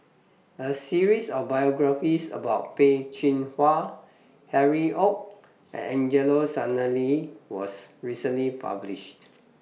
A series of biographies about Peh Chin Hua Harry ORD and Angelo Sanelli was recently published